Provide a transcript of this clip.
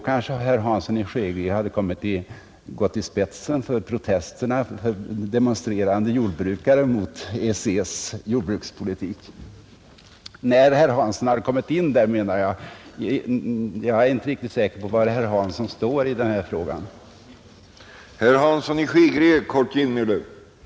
Kanske herr Hansson i Skegrie hade gått i spetsen för demonstrerande jordbrukare i protest mot EEC:s jordbrukspolitik, om han väl hade kommit in där. Jag är inte riktigt säker på var herr Hansson står i den här frågan nu, när vi lyckligtvis inte är där,